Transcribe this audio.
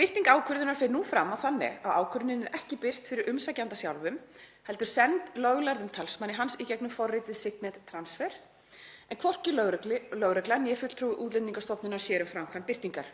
Birting ákvörðunar fer nú fram á þann veg að ákvörðunin er ekki birt fyrir umsækjanda sjálfum, heldur send löglærðum talsmanni hans í gegnum forritið Signet Transfer en hvorki lögregla né fulltrúi Útlendingastofnunar sér um framkvæmd birtingar.“